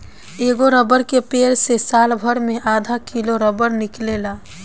एगो रबर के पेड़ से सालभर मे आधा किलो रबर निकलेला